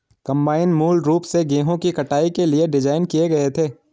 combine मूल रूप से गेहूं की कटाई के लिए डिज़ाइन किए गए थे